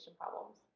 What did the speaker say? problems